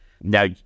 Now